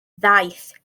ddaeth